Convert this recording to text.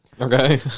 Okay